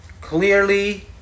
clearly